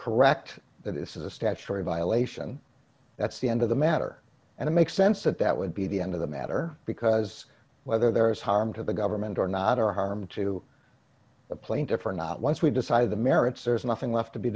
correct that this is a statutory violation that's the end of the matter and it makes sense that that would be the end of the matter because whether there is harm to the government or not or harm to the plaintiff are not once we decide the merits there's nothing left to be